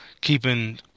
keeping